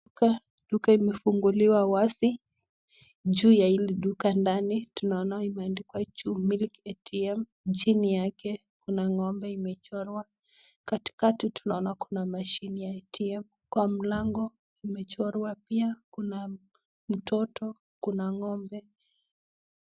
Duka imefunguliwa wazi, juu ya hili duka ndani tunaona imeandikwa juu milk ATM chini yake kuna ng'ombe imechorwa. Katikati tunaona kuna mashine ya ATM kwa mlango imechorwa pia kuna mtoto, kuna ng'ombe.